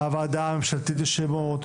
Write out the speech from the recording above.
בוועדה הממשלתית לשמות.